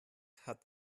hat